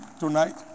tonight